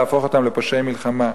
להפוך אותם לפושעי מלחמה.